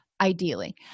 ideally